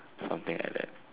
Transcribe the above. something like that